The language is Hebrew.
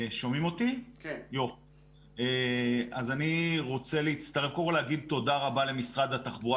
אני רוצה קודם כל להגיד תודה רבה למשרד התחבורה